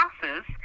classes